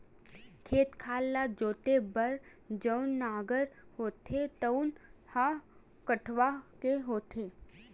खेत खार ल जोते बर जउन नांगर होथे तउन ह कठवा के होथे